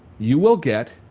you will get